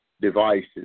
devices